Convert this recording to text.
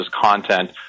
content